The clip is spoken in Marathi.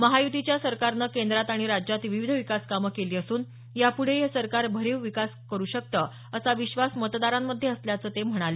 महायुतीच्या सरकारनं केंद्रात आणि राज्यात विविध विकास कामं केली असून यापुढेही हे सरकार भरीव विकास करू शकतं असा विश्वास मतदारांमध्ये असल्याचं ते म्हणाले